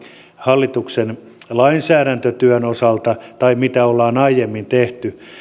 hallituksen lainsäädäntötyön osalta tai mitä ollaan aiemmin tehty vaan